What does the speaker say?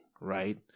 right